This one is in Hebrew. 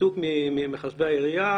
ניתוק ממחשבי העירייה.